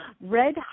red